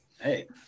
Hey